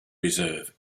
reserve